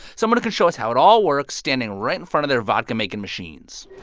someone who can show us how it all works, standing right in front of their vodka-making machines